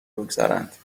بگذارند